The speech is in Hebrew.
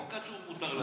לא קשור, מותר להגיד.